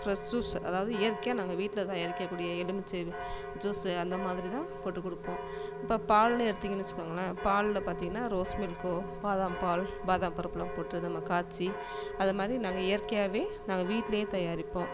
fresh juice அதாவது இயற்கையாக நாங்கள் வீட்டில் தயாரிக்கக்கூடிய எலுமிச்சை ஜூஸ்ஸு அந்த மாதிரி தான் போட்டுக் கொடுப்போம் இப்போ பால்னு எடுத்தீங்கன்னு வச்சுக்கோங்களேன் பாலில் பார்த்தீங்கன்னா ரோஸ் மில்க்கோ பாதம் பால் பாதம் பருப்புலாம் போட்டு நம்ம காய்ச்சி அதை மாதிரி நாங்கள் இயற்கையாகவே நாங்கள் வீட்லயே தயாரிப்போம்